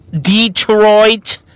Detroit